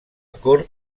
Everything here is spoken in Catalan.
cort